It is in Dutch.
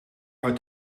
uit